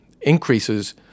increases